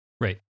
Right